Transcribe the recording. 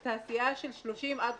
לתעשייה של 30 50